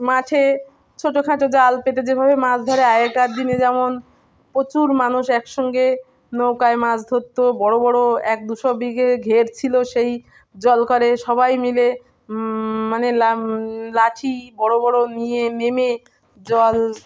মাঠে ছোটোখাটো জাল পেতে যেভাবে মাছ ধরে আগেকার দিনে যেমন প্রচুর মানুষ একসঙ্গে নৌকায় মাছ ধরতো বড় বড় এক দুশো বিঘে ঘের ছিল সেই জল করে সবাই মিলে মানে লাঠি বড় বড় নিয়ে নেমে জল